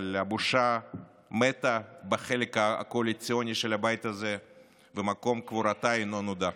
אבל הבושה מתה בחלק הקואליציוני של הבית הזה ומקום קבורתה לא נודע.